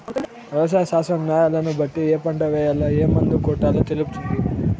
వ్యవసాయ శాస్త్రం న్యాలను బట్టి ఏ పంట ఏయాల, ఏం మందు కొట్టాలో తెలుపుతుంది